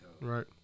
Right